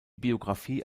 biographie